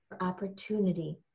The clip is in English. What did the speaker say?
Opportunity